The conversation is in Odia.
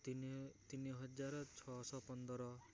ତିନି ତିନିହଜାର ଛଅଶହ ପନ୍ଦର